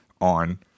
on